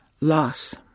loss